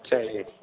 சரிங்க